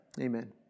Amen